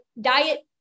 diet